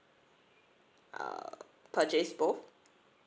uh purchase both